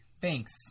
thanks